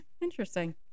Interesting